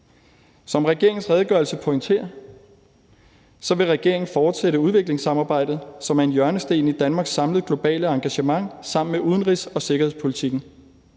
Som regeringens redegørelse pointerer, vil regeringen fortsætte udviklingssamarbejdet, som er en hjørnesten i Danmarks samlede globale engagement sammen med udenrigs- og sikkerhedspolitikken.